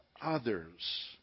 others